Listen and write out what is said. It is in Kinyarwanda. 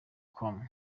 com